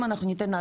אם אנחנו ניתן,